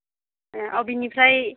एह अबेनिफ्राय